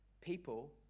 people